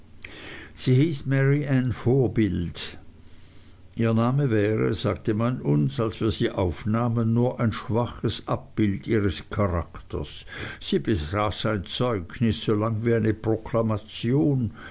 sie hieß mary anne vorbild ihr name wäre sagte man uns als wir sie aufnahmen nur ein schwaches abbild ihres charakters sie besaß ein zeugnis so lang wie eine proklamation